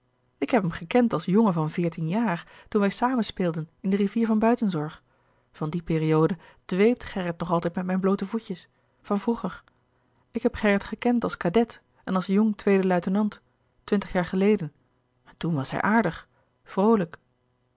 ik heb hem gekend als jongen van veertien jaar toen wij samen speelden in de rivier van buitenzorg van die periode dweept gerrit nog altijd met mijn bloote voetjes van vroeger ik heb gerrit gekend als kadet en als jong tweede luitenant twintig jaar geleden en toen was hij aardig vroolijk